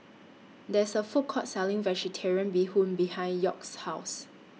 There IS A Food Court Selling Vegetarian Bee Hoon behind York's House